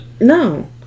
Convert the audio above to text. No